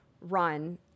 run